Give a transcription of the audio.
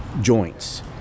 joints